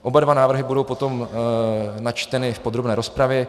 Oba dva návrhy budou potom načteny v podrobné rozpravě.